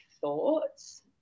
thoughts